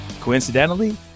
coincidentally